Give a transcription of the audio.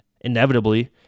inevitably